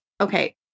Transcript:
okay